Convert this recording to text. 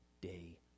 day